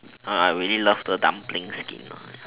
I really love the dumpling skin ah